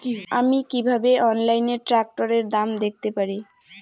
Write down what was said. আমি কিভাবে অনলাইনে ট্রাক্টরের দাম দেখতে পারি?